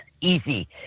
easy